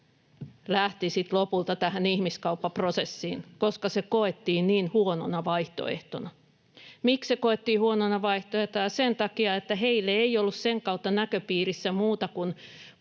sitten lopulta tähän ihmiskauppaprosessiin, koska se koettiin niin huonona vaihtoehtona. Miksi se koettiin huonona vaihtoehtona? Sen takia, että heille ei ollut sen kautta näköpiirissä muuta kuin